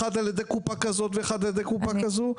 אחד על-ידי קופה כזו ואחד על-ידי קופה כזו?